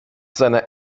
seiner